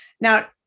Now